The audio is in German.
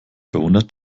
verwundert